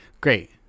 Great